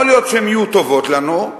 יכול להיות שהן יהיו טובות לנו,